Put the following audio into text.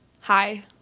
Hi